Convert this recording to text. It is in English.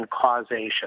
causation